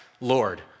Lord